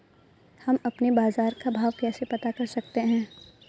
हम अपने बाजार का भाव कैसे पता कर सकते है?